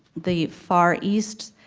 the far east